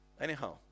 Anyhow